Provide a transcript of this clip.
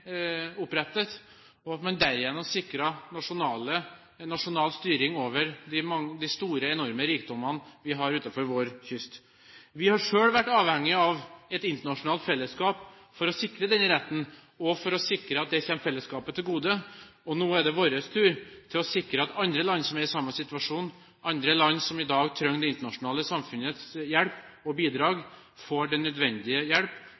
opprettet, og at man derigjennom sikret nasjonal styring over de store, enorme rikdommene vi har utenfor vår kyst. Vi har selv vært avhengige av et internasjonalt fellesskap for å sikre denne retten og for å sikre at det kommer fellesskapet til gode. Nå er det vår tur til å sikre at andre land som er i samme situasjon, andre land som i dag trenger det internasjonale samfunnets hjelp og bidrag, får den nødvendige hjelp